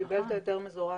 הוא קיבל את ההיתר המזורז.